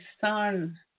son